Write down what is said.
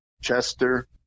chester